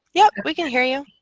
yeah, we can hear you.